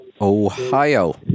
Ohio